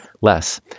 less